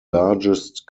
largest